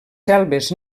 selves